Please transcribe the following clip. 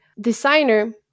designer